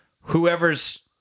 whoever's